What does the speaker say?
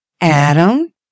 Adam